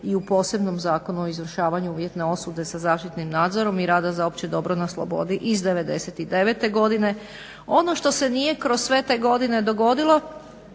i u posebnom Zakonu o izvršavanju uvjetne osude sa zaštitnim nadzorom i rada za opće dobro na slobodi iz '99.godine. Ono što se nije kroz sve te godine dogodilo,